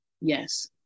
Yes